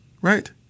right